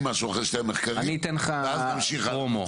משהו אחרי שני המחקרים ואז נמשיך הלאה,